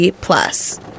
plus